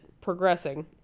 progressing